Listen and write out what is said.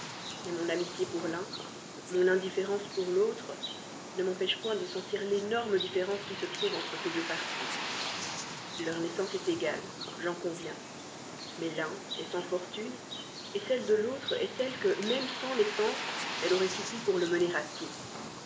mais mon amitié pour l'un mon indifférence pour l'autre ne m'empêchent point de sentir l'énorme différence qui se trouve entre ces deux partis leur naissance est égale j'en conviens mais l'un est sans fortune celle de l'autre est telle que même sans naissance elle aurait suffi pour le mener à tout